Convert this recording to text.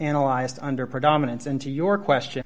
analyzed under predominance and to your question